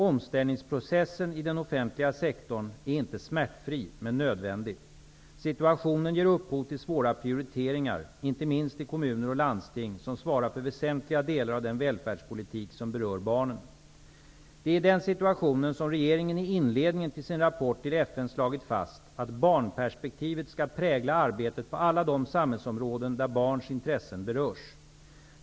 Omställningsprocessen i den offentliga sektorn är inte smärtfri, men nödvändig. Situationen ger upphov till svåra prioriteringar, inte minst i kommuner och landsting som svarar för väsentliga delar av den välfärdspolitik som berör barnen. Det är i denna situation som regeringen i inledningen till sin rapport till FN slagit fast att barnperspektivet skall prägla arbetet på alla de samhällsområden där barns intressen berörs.